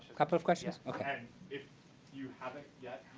couple of questions. ok. if you haven't yet,